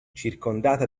circondata